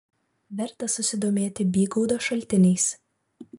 verta susidomėti bygaudo šaltiniais